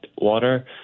water